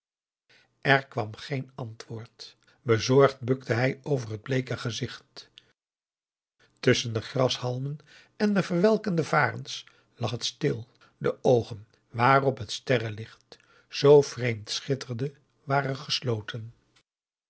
er kwam geen antwoord bezorgd bukte hij over het bleeke gezicht tusschen de grashalmen en de verwelkende varens lag het stil de oogen waarop het sterrelicht zoo vreemd schitterde waren gesloten